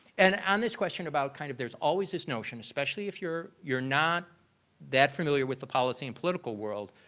and on this question about kind of there's always this notion especially if you're you're not that familiar with the policy in political world,